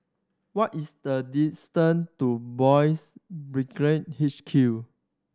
what is the distance to Boys' Brigade H Q